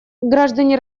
граждане